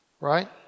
right